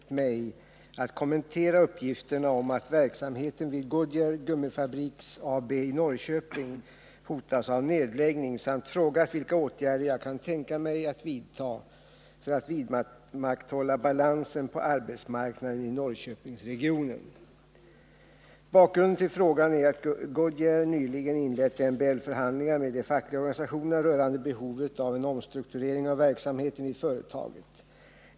Herr talman! Maj-Lis Landberg har bett mig att kommentera uppgifterna om att verksamheten vid Goodyear Gummi Fabriks AB i Norrköping hotas av nedläggning samt frågat vilka åtgärder jag kan tänka mig att vidta för att vidmakthålla balansen på arbetsmarknaden i Norrköpingsregionen. Bakgrunden till frågan är att Goodyear nyligen inlett MBL-förhandlingar med de fackliga organisationerna rörande behovet av en omstrukturering av verksamheten vid företaget.